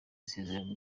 isezerano